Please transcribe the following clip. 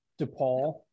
DePaul